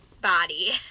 body